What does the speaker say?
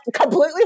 completely